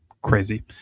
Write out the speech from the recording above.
crazy